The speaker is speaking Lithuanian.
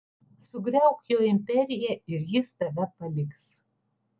sugriauk jo imperiją ir jis tave paliks